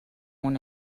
una